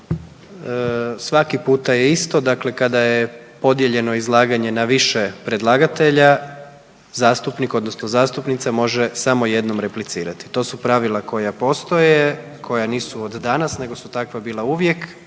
Svaki puta je isto. Dakle, kada je podijeljeno izlaganje na više predlagatelja, zastupnik odnosno zastupnica može samo jednom replicirati. To su pravila koja postoje, koja nisu od danas nego su takva bila uvijek